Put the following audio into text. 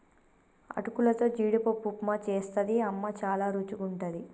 అటుకులతో జీడిపప్పు ఉప్మా చేస్తది అమ్మ చాల రుచిగుంటది